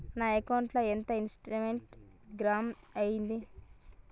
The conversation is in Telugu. నా అకౌంట్ ల ఎంత ఇంట్రెస్ట్ జమ అయ్యింది?